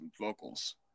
vocals